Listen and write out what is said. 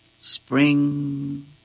Spring